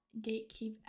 gatekeep